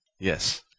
Yes